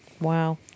Wow